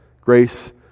Grace